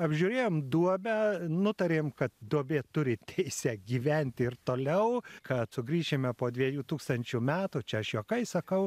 apžiūrėjom duobę nutarėm kad duobė turi teisę gyventi ir toliau kad sugrįšime po dviejų tūkstančių metų čia aš juokais sakau